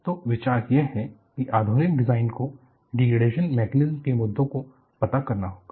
तो विचार यह है कि आधुनिक डिजाइन को डिग्रेडेशन मैकेनिज़्म के मुद्दे को पता करना होगा